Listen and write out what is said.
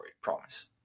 promise